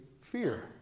fear